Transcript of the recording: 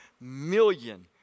million